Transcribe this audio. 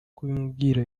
kubimubwira